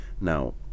now